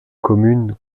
commune